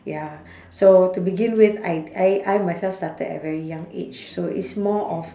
ya so to begin with I I I myself started at a very young age so it's more of